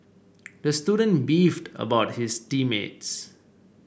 the student beefed about his team mates